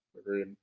Agreed